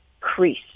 crease